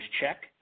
check